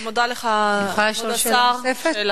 אני מודה לך, כבוד השר.